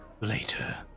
later